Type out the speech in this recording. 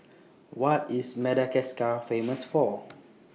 What IS Madagascar Famous For